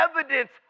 evidence